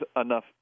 enough